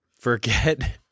forget